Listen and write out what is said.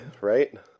right